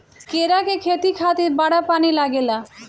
केरा के खेती खातिर बड़ा पानी लागेला